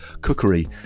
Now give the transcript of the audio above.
cookery